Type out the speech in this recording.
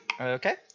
Okay